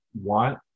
want